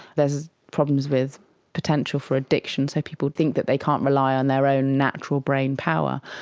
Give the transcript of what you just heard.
there's problems with potential for addiction, so people think that they can't rely on their own natural brain power.